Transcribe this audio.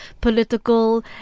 political